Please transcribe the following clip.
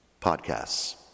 podcasts